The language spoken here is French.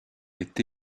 est